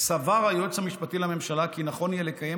סבר היועץ המשפטי לממשלה כי נכון יהיה לקיים